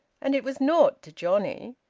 and it was naught to johnnie!